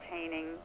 entertaining